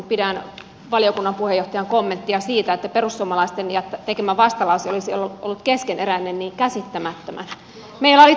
pidän valiokunnan puheenjohtajan kommenttia siitä että perussuomalaisten tekemä vastalause olisi ollut keskeneräinen käsittämättömänä